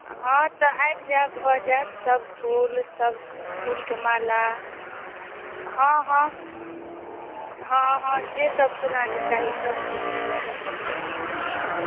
हँ तऽ आबि जाएब भऽ जाएत सब फूल सब फूलके माला हँ हँ हँ हँ जे सब फूल अहाँके चाही सब फूलके भऽ जाएत हँ